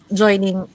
joining